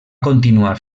continuar